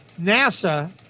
NASA